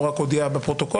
לא רק אודיע בפרוטוקול,